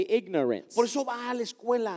ignorance